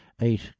Eight